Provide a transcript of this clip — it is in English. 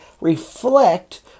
reflect